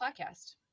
podcast